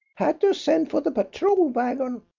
had to send for the patrol wagon.